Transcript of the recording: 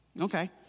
Okay